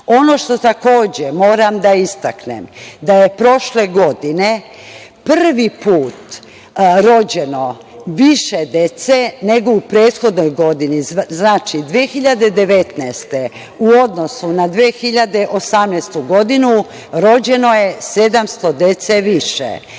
što takođe moram da istaknem da je prošle godine prvi put rođeno više dece nego u prethodnoj godini. Znači 2019. godine u odnosu na 2018. godinu rođeno je 700 dece više.